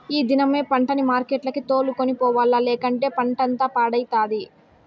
ఈ దినమే పంటని మార్కెట్లకి తోలుకొని పోవాల్ల, లేకంటే పంటంతా పాడైతది